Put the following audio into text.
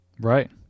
Right